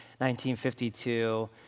1952